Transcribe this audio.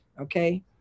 okay